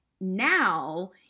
now